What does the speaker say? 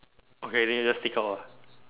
okay then you just sneak out ah